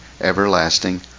everlasting